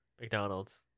McDonald's